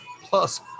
plus